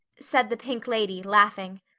said the pink lady, laughing.